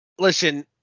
Listen